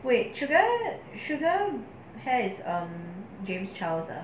wait sugar sugar hair is um james charles ah